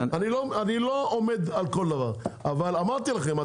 אני לא עומד על כל דבר אבל אמרתי לכם,